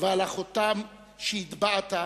ועל החותם שהטבעת,